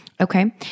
okay